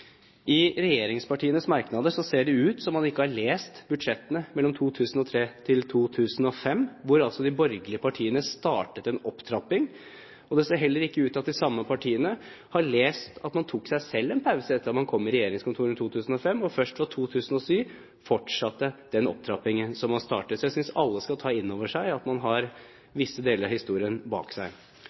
I regjeringspartienes merknader ser det ut som om man ikke har lest budsjettene mellom 2003 og 2005, da de borgerlige partiene startet en opptrapping. Det ser heller ikke ut til at de samme partiene har lest at man selv tok en pause etter at man kom i regjeringskontorene i 2005, og først fra 2007 fortsatte den opptrappingen som var startet. Så jeg synes alle skal ta inn over seg at man har visse deler av historien bak seg.